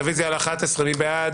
רביזיה על 20. מי בעד?